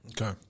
Okay